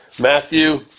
matthew